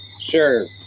Sure